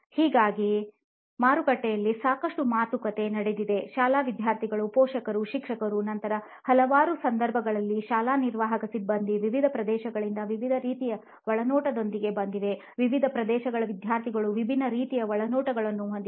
ಹಾಗಾಗಿ ಮಾರುಕಟ್ಟೆಯಲ್ಲಿ ಸಾಕಷ್ಟು ಮಾತುಕತೆ ನಡೆದಿದೆ ಶಾಲಾ ವಿದ್ಯಾರ್ಥಿಗಳು ಪೋಷಕರು ಶಿಕ್ಷಕರು ನಂತರ ಹಲವಾರು ಸಂದರ್ಭಗಳಲ್ಲಿ ಶಾಲಾ ನಿರ್ವಾಹಕ ಸಿಬ್ಬಂದಿ ವಿವಿಧ ಪ್ರದೇಶಗಳಿಂದ ವಿವಿಧ ರೀತಿಯ ಒಳನೋಟಗಳೊಂದಿಗೆ ಬಂದಿವೆ ವಿವಿಧ ಪ್ರದೇಶಗಳ ವಿದ್ಯಾರ್ಥಿಗಳು ವಿಭಿನ್ನ ರೀತಿಯ ಒಳನೋಟಗಳನ್ನು ಹೊಂದಿದ್ದಾರೆ